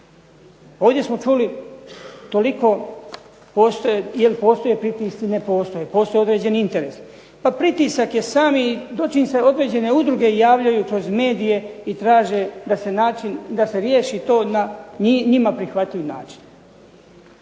Ovdje smo čuli toliko postoje, je li postoje pritisci, ne postoje, postoje određeni interesi. Pa pritisak je sami dočim se određene udruge javljaju kroz medije i traže da se riješi to na njima prihvatljiv način.